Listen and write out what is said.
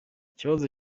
ikibazo